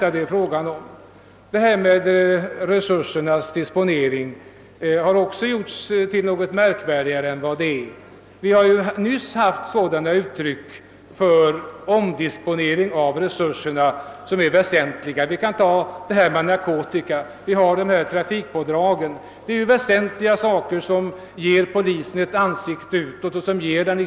Frågan om resursernas disponering har också gjorts till något märkvärdigare än den är. Det har nyligen förekommit omdisponeringar av resurserna, t.ex. när det gäller narkotikabrotten och trafikpådragen, väsentliga uppgifter som ger polisen dess ansikte utåt.